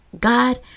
God